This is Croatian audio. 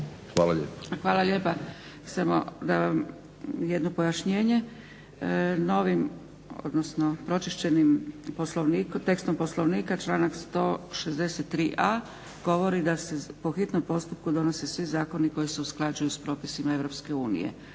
Dragica (SDP)** Hvala lijepa. Samo da vam jedno pojašnjenje. Novim, odnosno pročišćenim tekstom Poslovnika članak 163.a govori da se po hitnom postupku donose svi zakoni koji se usklađuju s propisima EU.